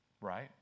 right